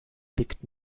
liegt